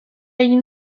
egin